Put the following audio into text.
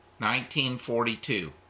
1942